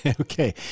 Okay